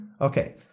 okay